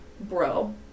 bro